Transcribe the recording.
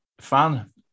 fan